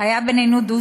יש לך הזדמנות להתנצל.